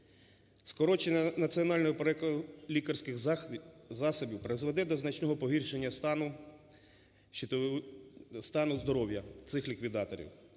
Скорочення Національного переліку лікарських засобів призведе до значного погіршення стану... стану здоров'я цих ліквідаторів.